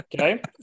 Okay